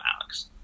Alex